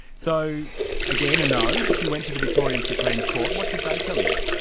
so again, a no. you went to the victorian supreme court what did they tell you?